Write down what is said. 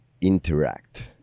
interact